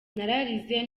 nararize